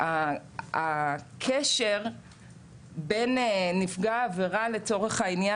הקשר בין נפגע העבירה לצורך העניין,